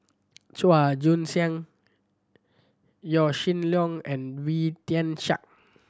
Chua Joon Siang Yaw Shin Leong and Wee Tian Siak